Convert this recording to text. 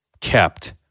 kept